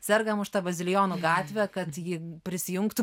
sergam už tą bazilijonų gatvę kad ji prisijungtų